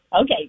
Okay